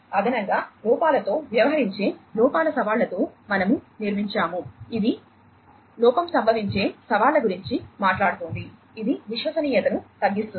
అదనంగా లోపాలతో వ్యవహరించే లోపాల సవాళ్లతో మనము నిర్మించాము ఇది లోపం సంభవించే సవాళ్ళ గురించి మాట్లాడుతోంది ఇది విశ్వసనీయతను తగ్గిస్తుంది